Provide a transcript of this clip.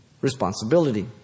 Responsibility